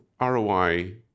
ROI